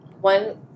One